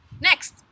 Next